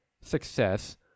success